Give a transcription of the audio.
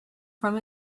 from